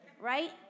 right